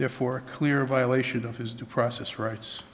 therefore clear violation of his due process rights